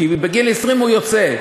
כי בגיל 20 הוא יוצא.